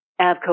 Avco